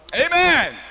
amen